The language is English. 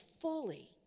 fully